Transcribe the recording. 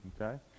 Okay